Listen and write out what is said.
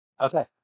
Okay